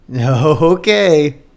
Okay